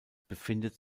befindet